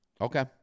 Okay